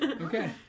Okay